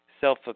self